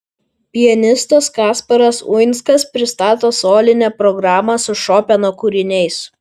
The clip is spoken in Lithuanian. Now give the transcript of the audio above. pianistas kasparas uinskas pristato solinę programą su šopeno kūriniais